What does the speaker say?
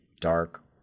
dark